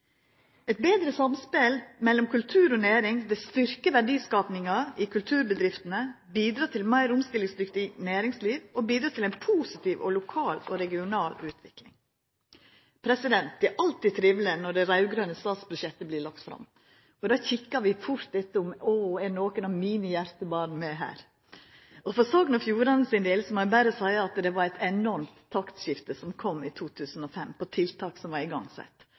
Eit betre samspel mellom kultur og næring vil styrkja verdiskapinga i kulturbedriftene, bidra til eit meir omstillingsdyktig næringsliv og bidra til ein positiv lokal og regional utvikling. Det er alltid triveleg når det raud-grøne statsbudsjettet vert lagt fram. Då kikkar vi fort etter: Er nokre av mine hjartebarn med her? Og for Sogn og Fjordane sin del må eg berre seia at det var eit enormt taktskifte som kom i 2005, på tiltak som er sette i